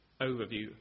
overview